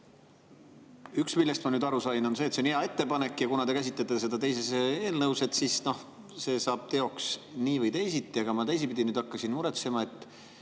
Üks, millest ma aru sain, on see, et see on hea ettepanek ja kuna te käsitlete seda teises eelnõus, siis see saab teoks nii või teisiti. Aga teisipidi ma hakkasin muretsema.